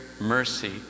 mercy